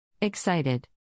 Excited